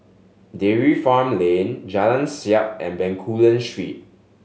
Dairy Farm Lane Jalan Siap and Bencoolen Street